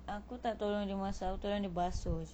aku tak tolong masak aku tolong dia basuh jer